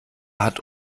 hat